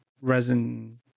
resin